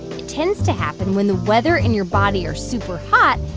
it tends to happen when the weather and your body are super hot,